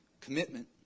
commitment